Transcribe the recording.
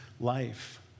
life